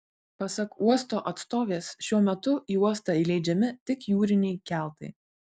pasak uosto atstovės šiuo metu į uostą įleidžiami tik jūriniai keltai